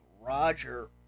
Roger